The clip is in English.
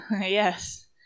Yes